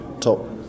top